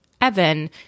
Evan